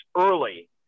early